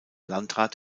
landrat